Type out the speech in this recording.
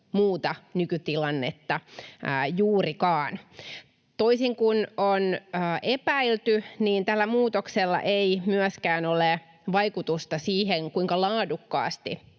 muuta nykytilannetta juurikaan. Toisin kuin on epäilty, tällä muutoksella ei myöskään ole vaikutusta siihen, kuinka laadukkaasti